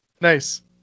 nice